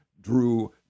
drew